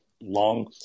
long